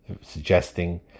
suggesting